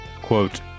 Quote